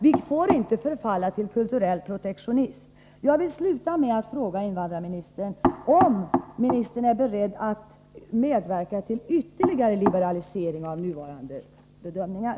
Vi får inte förfalla till kulturell protektionism. Jag vill sluta med att fråga invandrarministern om ministern är beredd att medverka till ytterligare liberalisering av nuvarande bedömningar.